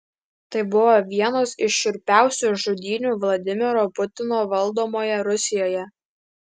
tai buvo vienos iš šiurpiausių žudynių vladimiro putino valdomoje rusijoje